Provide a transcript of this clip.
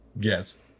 Yes